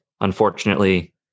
unfortunately